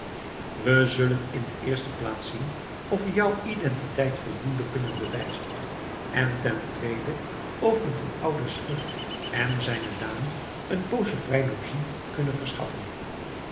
we zullen in de eerste plaats zien of we jou identiteit voldoende kunnen bewijzen en ten tweede of we dien ouden schurk en zijne dame een poosje vrij logies kunnen verschaffen